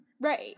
Right